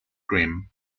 grimm